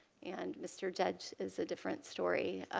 and mr. judge is a different story.